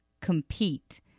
compete